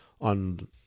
on